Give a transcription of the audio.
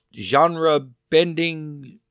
genre-bending